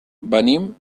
venim